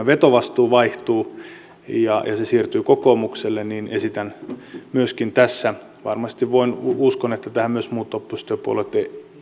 vetovastuu vaihtuu ja se siirtyy kokoomukselle niin esitän myöskin tässä uskon että tähän varmasti myös muut oppositiopuolueet